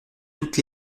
toutes